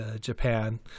Japan